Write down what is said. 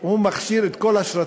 הוא מכשיר את כל השרצים